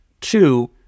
Two